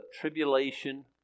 tribulation